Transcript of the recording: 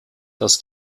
dass